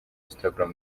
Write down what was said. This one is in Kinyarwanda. instagram